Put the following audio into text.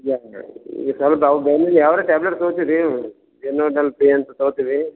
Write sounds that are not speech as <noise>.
<unintelligible> ಈ ಸ್ವಲ್ಪ ಅವು ಬ್ಯಾನಿಲಿ ಯಾವರ ಟ್ಯಾಬ್ಲೆಟ್ ತಗೊತಿವಿ ರೀ ಏನೋ ಸ್ವಲ್ಪ <unintelligible> ತಗೊತೀವಿ